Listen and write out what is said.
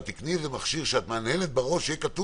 תיקני איזה מכשיר שכאשר את מהנהנת בראש יירשם